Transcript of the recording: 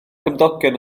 cymdogion